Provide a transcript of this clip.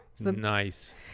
Nice